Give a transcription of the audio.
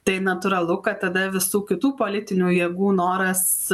tai natūralu kad tada visų kitų politinių jėgų noras